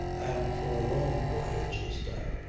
and for a long voyage this time.